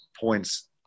points